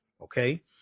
Okay